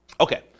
Okay